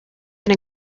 been